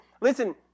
listen